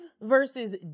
versus